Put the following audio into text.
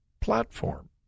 platform